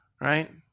right